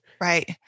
Right